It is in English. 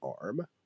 arm